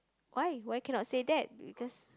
why why cannot say that because